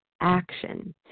action